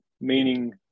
meaning